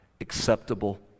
acceptable